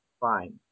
fine